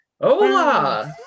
Hola